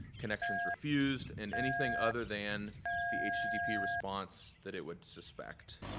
connections refused, and anything other than the http response that it would suspect.